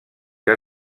que